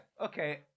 Okay